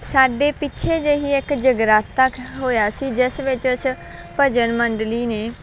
ਸਾਡੇ ਪਿੱਛੇ ਜਿਹੇ ਹੀ ਇੱਕ ਜਗਰਾਤਾ ਕ ਹੋਇਆ ਸੀ ਜਿਸ ਵਿੱਚ ਇਸ ਭਜਨ ਮੰਡਲੀ ਨੇ